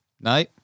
No